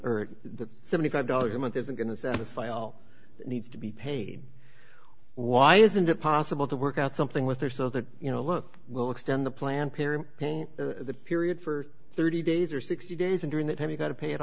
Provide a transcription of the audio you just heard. the seventy five dollars a month isn't going to satisfy all needs to be paid why isn't it possible to work out something with her so that you know look we'll extend the plan period the period for thirty days or sixty days and during that time he got to pay it